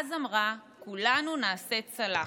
ואז אמרה: כולנו נעשה צלחת.